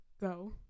go